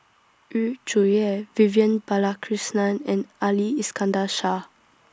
Yu Zhuye Vivian Balakrishnan and Ali Iskandar Shah